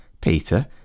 Peter